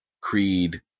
Creed